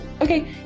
okay